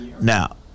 Now